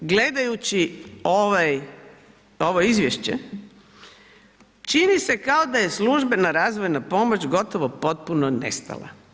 E sad, gledajući ovo izvješće, čini se kao da je službena razvojna pomoć gotovo potpuno nestala.